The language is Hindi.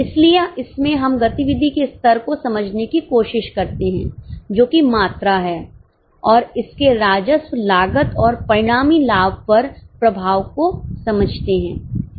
इसलिए इसमें हम गतिविधि के स्तर को समझने की कोशिश करते हैं जो की मात्रा है और इसके राजस्व लागत और परिणामी लाभ पर प्रभाव को समझते हैं